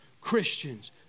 Christians